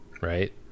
right